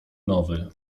nowy